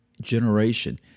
generation